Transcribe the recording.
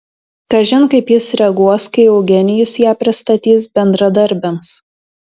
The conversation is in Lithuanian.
kažin kaip jis reaguos kai eugenijus ją pristatys bendradarbiams